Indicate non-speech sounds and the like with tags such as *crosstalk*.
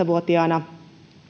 *unintelligible* vuotiaana